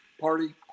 party